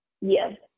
Yes